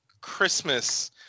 christmas